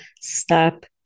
Stop